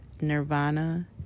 nirvana